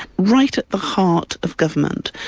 right at the heart of government,